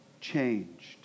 changed